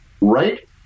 Right